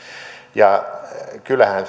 kyllähän